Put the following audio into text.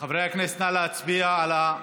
חברי הכנסת, נא להצביע על,